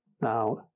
Now